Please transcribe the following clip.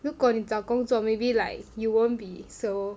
如果你找工作 maybe like you won't be so